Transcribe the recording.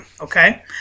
okay